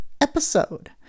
episode